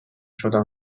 شدن